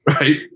Right